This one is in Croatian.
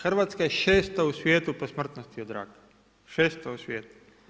Hrvatska je 6. u svijetu po smrtnosti od raka, 6. u svijetu.